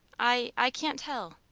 i i can't tell.